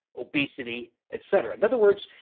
obesity etc. in other words,